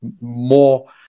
more